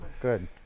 Good